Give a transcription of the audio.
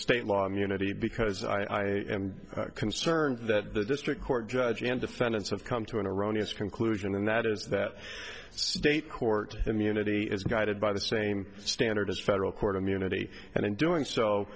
state law immunity because i am concerned that the district court judge and defendants have come to an erroneous conclusion and that is that state court immunity is guided by the same standard as federal court immunity and in doing so